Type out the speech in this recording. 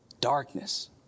darkness